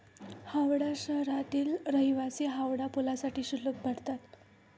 हावडा शहरातील रहिवासी हावडा पुलासाठी शुल्क भरतात